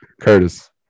Curtis